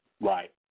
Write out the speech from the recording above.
Right